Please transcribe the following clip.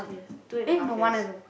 two and a half years